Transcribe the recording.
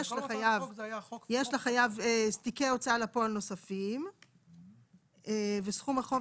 יש לחייב תיקי הוצאה לפועל נוספים וסכום החוב